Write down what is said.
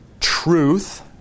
truth